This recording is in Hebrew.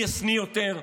מי ישניא יותר,